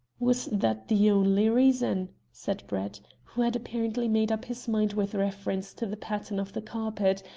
was that the only reason? said brett, who had apparently made up his mind with reference to the pattern of the carpet,